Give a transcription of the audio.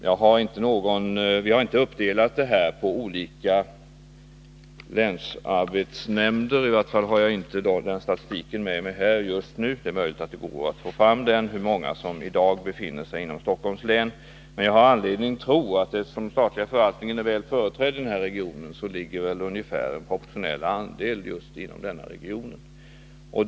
Vi har inte gjort någon uppdelning på olika länsarbetsnämnder. I varje fall har jag inte med mig någon statistik i dag. Det är möjligt att det så småningom går att få fram statistik över antalet platser i dag inom Stockholms län. Den statliga förvaltningen är ju väl företrädd inom denna region, och jag har anledning tro att man kan räkna med ungefärlig proportionalitet när det gäller platserna.